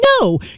No